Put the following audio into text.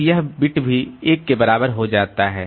तो यह बिट भी 1 के बराबर हो जाता है